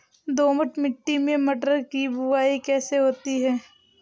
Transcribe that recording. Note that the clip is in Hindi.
दोमट मिट्टी में मटर की बुवाई कैसे होती है?